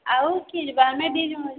ଆଉ କିଏ ଯିବା ଆମେ ଦୁଇ ଜଣ ଯିମୁ